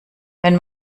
wenn